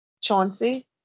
Chauncey